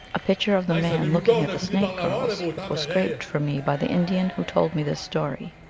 a picture of the man looking at the snake-girls was scraped for me by the indian who told me this story.